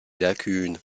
lacunes